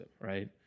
right